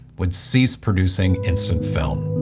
would cease producing instant film.